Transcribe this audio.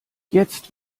jetzt